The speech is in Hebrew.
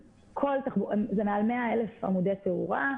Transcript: זה מעל 100,000 עמודי תאורה,